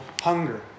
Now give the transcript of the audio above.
hunger